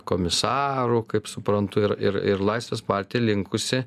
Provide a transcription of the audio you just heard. komisarų kaip suprantu ir ir ir laisvės partija linkusi